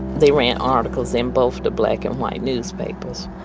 they ran articles in both the black and white newspapers,